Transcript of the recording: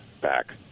back